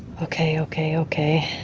okay, okay, okay.